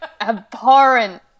Abhorrent